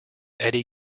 eddy